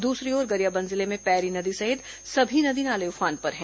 दूसरी ओर गरियाबंद जिले में पैरी नदी सहित सभी नदी नाले उफान पर है